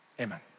amen